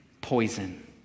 poison